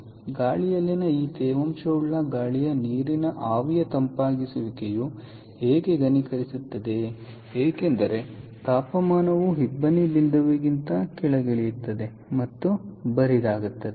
ಆದ್ದರಿಂದ ಗಾಳಿಯಲ್ಲಿನ ಈ ತೇವಾಂಶವುಳ್ಳ ಗಾಳಿಯ ನೀರಿನ ಆವಿಯ ತಂಪಾಗಿಸುವಿಕೆಯು ಏಕೆ ಘನೀಕರಿಸುತ್ತದೆ ಏಕೆಂದರೆ ತಾಪಮಾನವು ಇಬ್ಬನಿ ಬಿಂದುವಿಗಿಂತ ಕೆಳಗಿಳಿಯುತ್ತದೆ ಮತ್ತು ಬರಿದಾಗುತ್ತದೆ